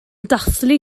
dathlu